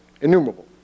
innumerable